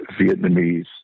Vietnamese